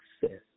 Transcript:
success